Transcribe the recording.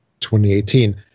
2018